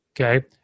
Okay